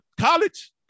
college